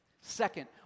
Second